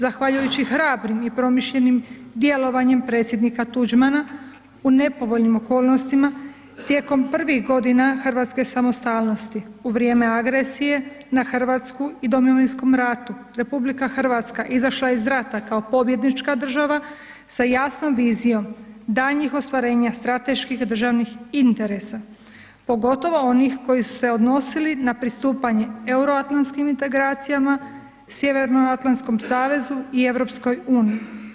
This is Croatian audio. Zahvaljujući hrabrim i promišljenim djelovanjem Predsjednika Tuđmana u nepovoljnim okolnostima, tijekom prvih godina hrvatske samostalnosti u vrijeme agresije na Hrvatsku i Domovinskom ratu, RH izašla je iz rata kao pobjednička država sa jasnom vizijom daljnjih ostvarenja strateških državnih interesa pogotovo onih koji su se odnosili na pristupanju euroatlantskim integracijama, Sjevernoatlantskom savezu i EU-u.